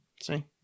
See